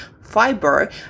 fiber